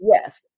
yes